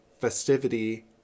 festivity